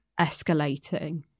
escalating